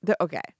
okay